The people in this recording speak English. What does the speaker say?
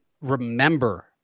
remember